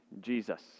Jesus